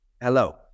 Hello